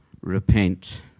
Repent